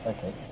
Okay